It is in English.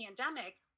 pandemic